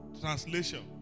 translation